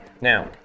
Now